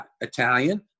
Italian